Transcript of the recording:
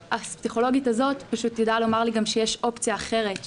הפסיכולוגית הזאת ידעה לומר לי שיש גם אופציה אחרת,